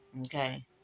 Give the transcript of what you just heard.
Okay